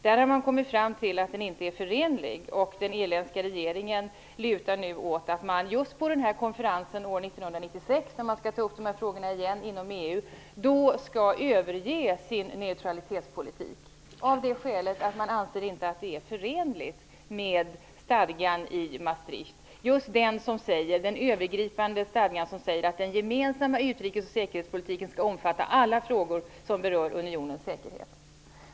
Man har där kommit fram till att denna inte är förenlig med fördraget, och den irländska regeringen lutar nu åt att man på konferensen 1996, när dessa frågor skall tas upp igen i EU, skall överge sin neutralitetspolitik. Skälet är alltså att man inte anser att det är förenligt med den övergripande Maastrichtstadgan, som säger att den gemensamma utrikes och säkerhetspolitiken skall omfatta alla frågor som berör unionens säkerhet.